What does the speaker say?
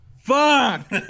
Fuck